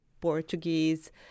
Portuguese